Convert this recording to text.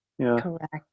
Correct